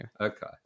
Okay